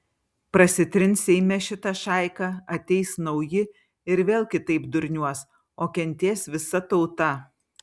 prasitrins seime šita šaika ateis nauji ir vėl kitaip durniuos o kentės visa tauta